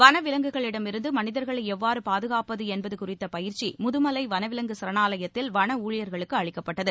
வளவிலங்குகளிடம் இருந்து மனிதர்களை எவ்வாறு பாதுகாப்பது என்பது குறித்த பயிற்சி முதுமலை வனவிலங்கு சரணாலயத்தில் வனஊழியர்களுக்கு அளிக்கப்பட்டுள்ளது